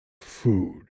food